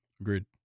Agreed